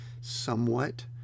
somewhat